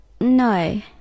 no